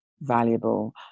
valuable